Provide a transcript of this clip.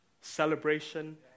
celebration